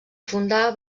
fundar